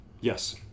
Yes